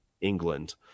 England